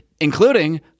including